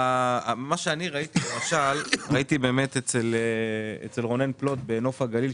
הייתי אצל רונן פלוט בנוף הגליל,